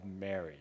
Mary